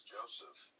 Joseph